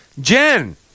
Jen